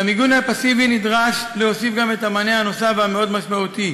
למיגון הפסיבי נדרש להוסיף גם את המענה הנוסף והמאוד-משמעותי: